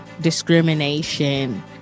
discrimination